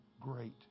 great